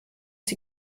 sie